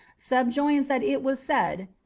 subjoins that it was said,